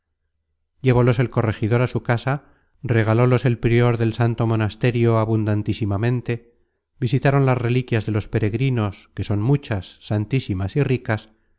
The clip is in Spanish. llevólos el corregidor á su casa regalólos el prior del santo monasterio abundantísimamente visitaron las reliquias los peregrinos que son muchas santísimas y ricas